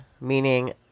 meaning